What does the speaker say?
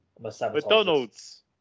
McDonald's